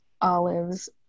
olives